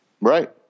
Right